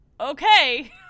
Okay